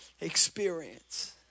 experience